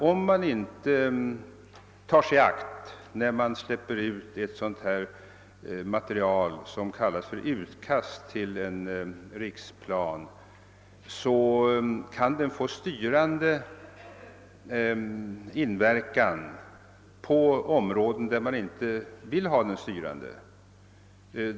Om man inte tar sig i akt när man släpper ut ett material som kallas utkast till en riksplan, kan denna skisserade riksplan få en styrande inverkan på områden där man inte vill ha den styrande.